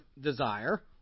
desire